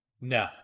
No